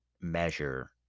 measure